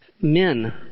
Men